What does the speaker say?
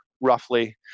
roughly